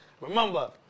Remember